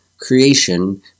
creation